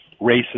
racist